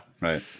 Right